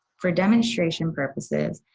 for demonstration purposes,